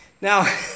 Now